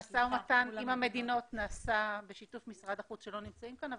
המשא ומתן עם המדינות נעשה בשיתוף משרד החוץ שלא נמצאים כאן,